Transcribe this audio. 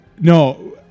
No